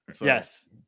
Yes